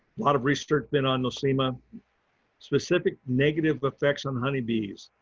lot of restriction on nosema. specific negative effects on honeybees.